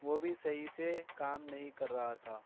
وہ بھی صحیح سے کام نہیں کر رہا تھا